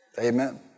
Amen